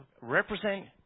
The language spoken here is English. represent